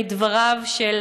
מדבריו של